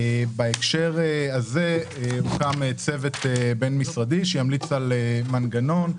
בהקשר הזה הוקם צוות בין-משרדי שימליץ על מנגנון,